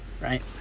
right